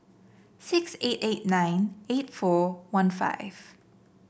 six eight eight nine eight four one five